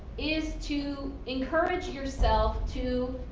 is to encourage yourself to